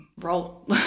roll